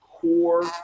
core